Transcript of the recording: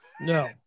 No